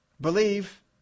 believe